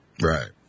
Right